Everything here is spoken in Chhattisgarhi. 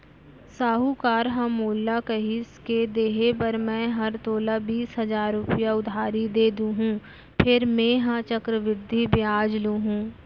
साहूकार ह मोला कहिस के देहे बर मैं हर तोला बीस हजार रूपया उधारी दे देहॅूं फेर मेंहा चक्रबृद्धि बियाल लुहूं